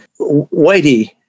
Whitey